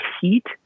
heat